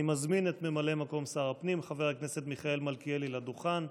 אני מזמין את ממלא מקום שר הפנים חבר הכנסת מלכיאלי לדוכן.